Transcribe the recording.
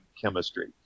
chemistry